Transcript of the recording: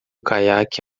caiaque